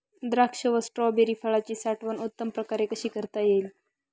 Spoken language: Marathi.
द्राक्ष व स्ट्रॉबेरी फळाची साठवण उत्तम प्रकारे कशी करता येईल?